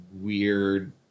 weird